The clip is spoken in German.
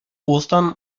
ostern